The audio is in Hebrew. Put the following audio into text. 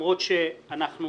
שלמרות שאנחנו